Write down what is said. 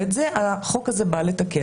ואת זה החוק הזה בא לתקן.